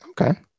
okay